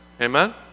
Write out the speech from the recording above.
Amen